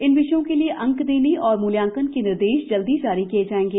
इन विषयों के लिए अंक देने और मूल्याकंन के निर्देश जल्दी जारी किये जायेंगे